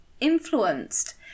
influenced